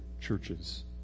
churches